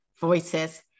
voices